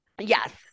yes